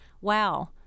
wow